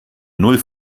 null